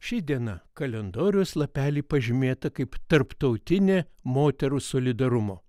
ši diena kalendoriaus lapelyje pažymėta kaip tarptautinė moterų solidarumo